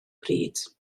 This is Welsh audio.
bryd